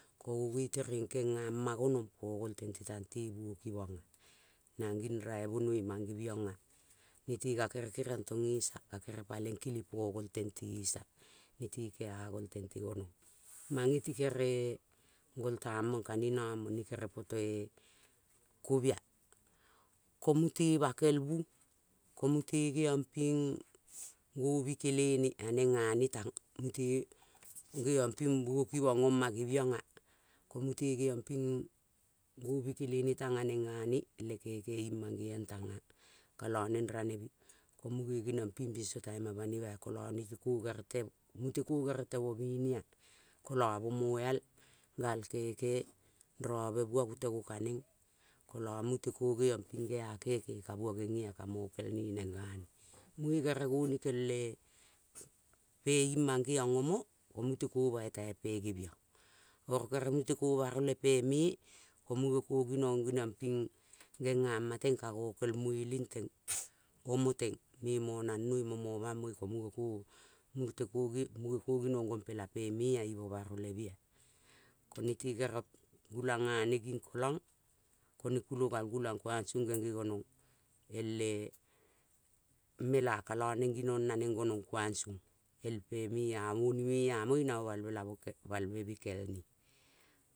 Ko ngo nge keng angma gonong po gol tente te buno kimong nang uging raibenoin mangeiong ea. nete ka kenong tong esia. kapalengkele po gol tente esia. nete kena gol tente gonong. mange ti kere-e gol tang mong ka ne nong mo. ne kere poto e kobia. ko mute bakel bu ko mute geiong ping gobikele ne ea neng nga ne tang. ko mute bugokevong ong ma. gebiong ea. ko mute gobikele ne tang a neng nga ne le keke ing mang gebiong tang. A kolo neng ranema ko munge bingso taima mang gebiong kolo nete ko. Kolo mute ko temo mene ea kolo mo moeal gal keke. robe bua ngo tengo ka neng. Kolo mute ko geomping gea keke ka bua ngeng nge ea ka mokol ne neng nga ne. Munge kere-e gonikel pa ing mange long omo. ko mute ke bai tai pei geviong. Oro kere mute ko bai le pe me-e. ko munge ko ngeniong ping geniama teng ka ngo kei mueleng teng. O mo teng me moma ngamo momangmoi. Munge ko ngongpela pe me-eea imo mo kel ne ea. Nete kere gulang nga ne nging kelong. ko ne kulogal gulang kuang song gonong nge nge. Ngel e-e mela kolo neng ginong na neng gonong kuang song ngel pe me-e a ngo-ea mo ina mo valbela me keine